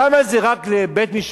למה זה רק לבית-משפט